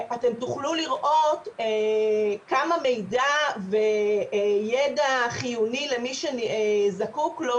אתם תוכלו לראות כמה מידע וידע חיוני למי שזקוק לו,